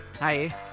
Hi